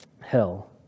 hell